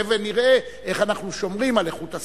נראה איך אנחנו שומרים על איכות הסביבה,